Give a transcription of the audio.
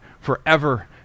forever